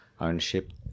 ownership